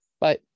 Bye